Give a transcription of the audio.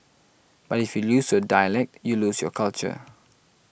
but if you lose your dialect you lose your culture